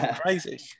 crazy